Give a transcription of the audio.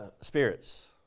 spirits